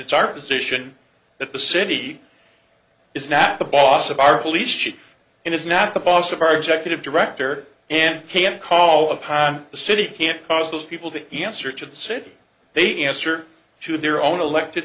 it's our position that the city is not the boss of our police chief and is not the boss of our executive director and can call upon the city can cause those people to answer to the city they answer to their own elected